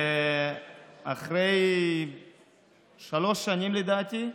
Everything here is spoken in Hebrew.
אחרי שלוש שנים, לדעתי,